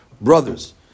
brothers